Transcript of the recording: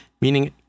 meaning